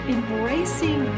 Embracing